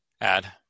add